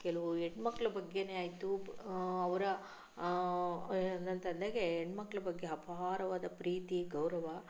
ಕೆಲವು ಹೆಣ್ಣುಮಕ್ಕಳ ಬಗ್ಗೆಯೇ ಆಯಿತು ಅವರ ನನ್ನ ತಂದೆಗೆ ಹೆಣ್ಣುಮಕ್ಕಳ ಬಗ್ಗೆ ಅಪಾರವಾದ ಪ್ರೀತಿ ಗೌರವ